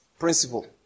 principle